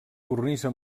cornisa